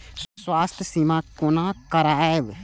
स्वास्थ्य सीमा कोना करायब?